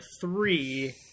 three